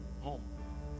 home